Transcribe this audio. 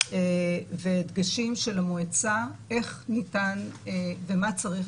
והדגשים של המועצה איך ניתן ומה צריך